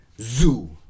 Zoo